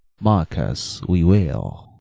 marcus, we will.